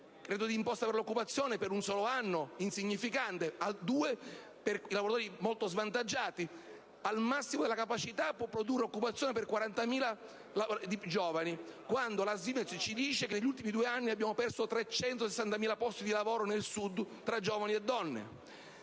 credito d'imposta per l'occupazione per un solo anno è insignificante, due anni per i lavori molto svantaggiati: al massimo della capacità può produrre occupazione per 40.000 giovani, quando lo SVIMEZ dice che negli ultimi dieci anni abbiamo perso 360.000 posti di lavoro nel Sud tra giovani e donne.